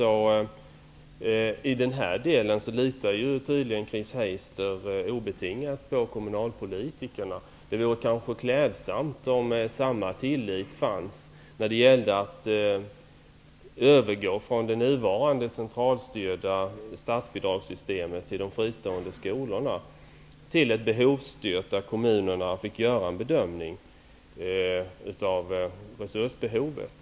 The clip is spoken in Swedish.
I det här avseendet litar tydligen Chris Heister dessutom obetingat på kommunalpolitikerna. Det vore klädsamt om samma tillit fanns när det gällde att övergå från det nuvarande centralstyrda statsbidragssystemet för de fristående skolorna till ett behovsstyrt system, där kommunerna fick göra en bedömning av resursbehovet.